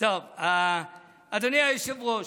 אדוני היושב-ראש,